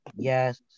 yes